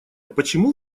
почему